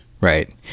right